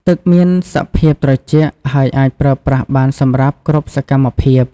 ទឹកមានសភាពត្រជាក់ ហើយអាចប្រើប្រាស់បានសម្រាប់គ្រប់សកម្មភាព។